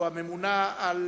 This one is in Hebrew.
או הממונה על